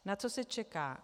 Na co se čeká?